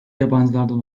yabancılardan